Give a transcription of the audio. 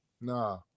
Nah